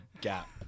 gap